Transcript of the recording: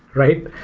right?